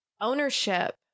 ownership